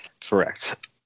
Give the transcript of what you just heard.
Correct